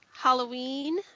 Halloween